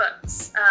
Books